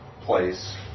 place